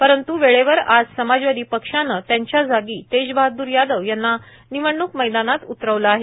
परंत् वेळेवर आज समाजवादी पक्षानं त्यांच्या जागी तेजबहादूर यादव यांना निवडणूक मैदानात उतरविलं आहे